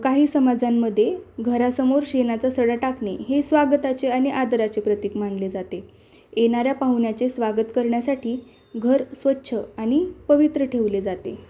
काही समाजांमध्ये घरासमोर शेणाचा सडा टाकणे हे स्वागताचे आणि आदराचे प्रतिक मानले जाते येणाऱ्या पाहुण्याचे स्वागत करण्यासाठी घर स्वच्छ आणि पवित्र ठेवले जाते